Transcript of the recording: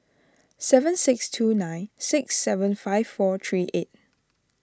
seven six two nine six seven five four three eight